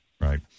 Right